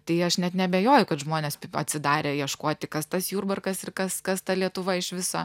tai aš net neabejoju kad žmonės atsidarė ieškoti kas tas jurbarkas ir kas kas ta lietuva iš viso